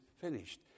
finished